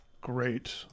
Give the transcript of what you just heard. great